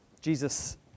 Jesus